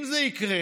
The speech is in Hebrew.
אם זה יקרה,